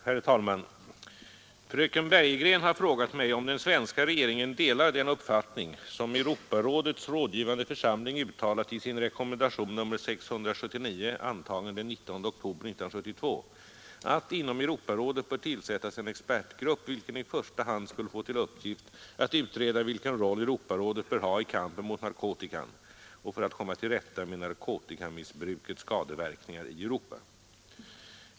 Herr talman! Fröken Bergegren har frågat mig om den svenska regeringen delar den uppfattning som Europarådets rådgivande församling uttalat i sin rekommendation nr 679, antagen den 19 oktober 1972, att inom Europarådet bör tillsättas en expertgrupp vilken i första hand skulle få till uppgift att utreda vilken roll Europarådet bör ha i kampen mot narkotikan och för att komma till rätta med narkotikamissbrukets skadeverkningar i Europa.